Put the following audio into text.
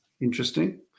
Interesting